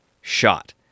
shot